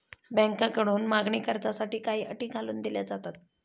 बँकांकडून मागणी कर्जासाठी काही अटी घालून दिल्या जातात